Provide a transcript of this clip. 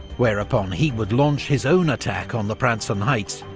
whereupon he would launch his own attack on the pratzen heights,